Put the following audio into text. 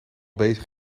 bezig